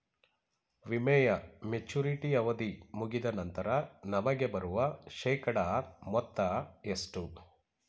ವಿಮೆಯ ಮೆಚುರಿಟಿ ಅವಧಿ ಮುಗಿದ ನಂತರ ನಮಗೆ ಬರುವ ಶೇಕಡಾ ಮೊತ್ತ ಎಷ್ಟು?